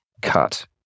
cut